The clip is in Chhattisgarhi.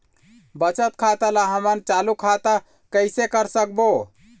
बचत खाता ला हमन चालू खाता कइसे कर सकबो?